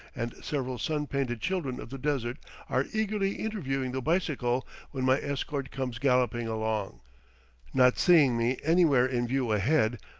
and several sun-painted children of the desert are eagerly interviewing the bicycle when my escort comes galloping along not seeing me anywhere in view ahead,